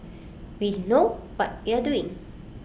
we know what you are doing